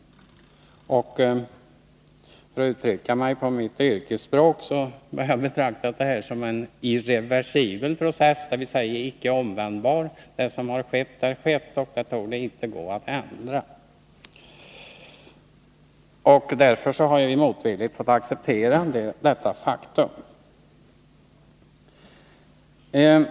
För att uttrycka mig på mitt yrkesspråk har jag betraktat det här som en irreversibel process, dvs. en icke omvändbar. Det som har skett har skett, och det torde inte gå att ändra. Därför har vi motvilligt fått acceptera detta faktum.